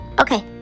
Okay